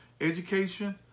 Education